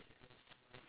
ya correct